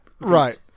Right